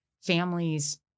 families